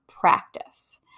practice